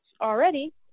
already